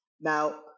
Now